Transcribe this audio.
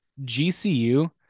GCU